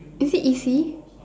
is it easy